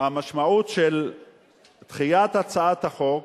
המשמעות של דחיית הצעת החוק